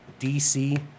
dc